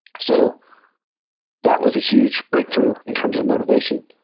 so that was a huge breakthrough in terms of motivation,